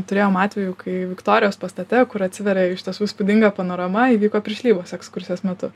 turėjom atvejų kai viktorijos pastate kur atsiveria iš tiesų įspūdinga panorama įvyko piršlybos ekskursijos metu